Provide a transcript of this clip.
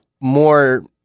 more